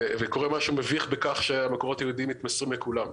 וקורה משהו מביך בכך שהמקורות היהודיים מתמסרים לכולם.